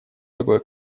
такое